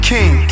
King